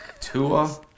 Tua